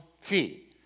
fee